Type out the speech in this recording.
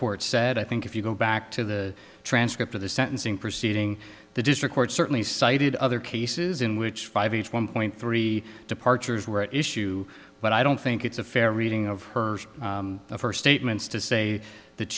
court said i think if you go back to the transcript of the sentencing proceeding the district court certainly cited other cases in which five each one point three departures were at issue but i don't think it's a fair reading of her of her statements to say that